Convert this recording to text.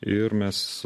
ir mes